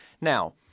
Now